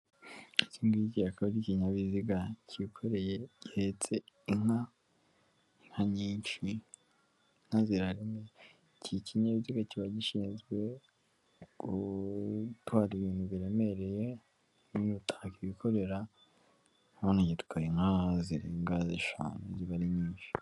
Iki ngiki ni ikinyabiziga kikoreye gihetse inka, inka nyinshi, inka aba ari nyinshi, iki kinyabiziga kiba gishinzwe gutwara ibintu biremereye none yitwaye inka zirenga eshanu ziba ari nyinshi.